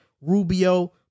Rubio